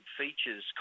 features